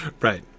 right